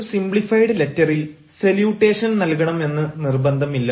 ഒരു സിംപ്ലിഫൈഡ് ലെറ്ററിൽ സല്യൂട്ടേഷൻ നൽകണം എന്ന് നിർബന്ധമില്ല